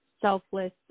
selfless